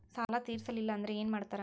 ಸಾಲ ತೇರಿಸಲಿಲ್ಲ ಅಂದ್ರೆ ಏನು ಮಾಡ್ತಾರಾ?